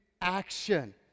action